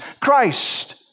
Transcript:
Christ